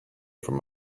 from